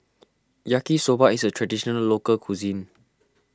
Yaki Soba is a Traditional Local Cuisine